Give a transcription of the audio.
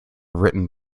written